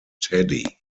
teddy